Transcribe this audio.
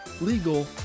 legal